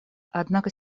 однако